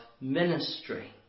ministry